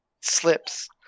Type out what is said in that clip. slips